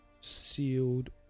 sealed